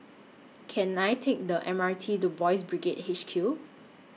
Can I Take The M R T to Boys' Brigade H Q